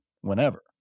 whenever